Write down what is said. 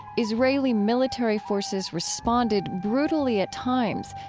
israeli military forces responded brutally at times,